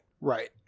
right